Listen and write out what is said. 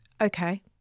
Okay